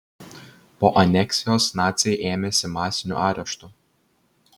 po aneksijos naciai ėmėsi masinių areštų